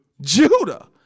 Judah